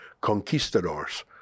conquistadors